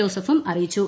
ജോസഫും അറിയിച്ചു